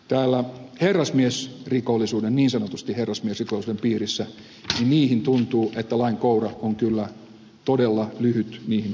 täällä herrasmiesrikollisuudeninsanotusti herrasmiesiko sen piirissä hän niihin tuntuu että lain koura on kyllä todella lyhyt ulottuakseen niihin miljooniin ja kymmeniin miljooniin jotka ovat niin sanotusti täällä herrasmiesrikollisuuden piirissä